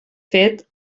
fet